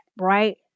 right